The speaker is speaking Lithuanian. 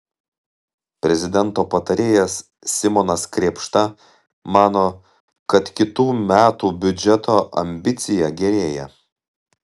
prezidento patarėjas simonas krėpšta mano kad kitų metų biudžeto ambicija gerėja